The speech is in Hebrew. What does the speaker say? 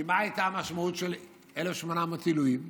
כי מה הייתה המשמעות של 1,800 עילויים?